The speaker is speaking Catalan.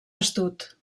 astut